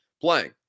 playing